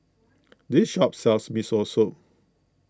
this shop sells Miso Soup